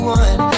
one